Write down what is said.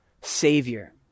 savior